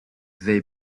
they